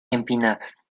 empinadas